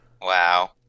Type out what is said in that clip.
Wow